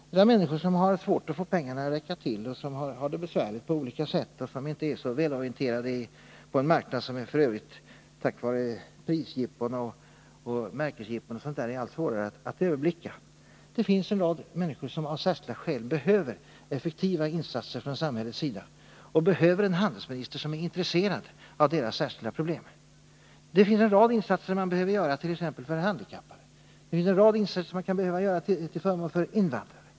Det finns människor som har svårt att få pengarna att räcka till och som inte är så välorienterade på en marknad som f. ö. — på grund av prisjippon, märkesjippon och sådant — blir allt svårare att överblicka. Det finns en rad människor som av särskilda skäl behöver effektiva insatser från samhällets sida och som behöver en handelsminister som är intresserad av deras problem. Det är en rad insatser som behöver göras t.ex. för handikappade. Det är en rad insatser som kan behöva göras till förmån för invandrare.